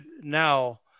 now